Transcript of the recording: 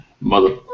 Mother